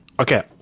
okay